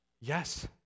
yes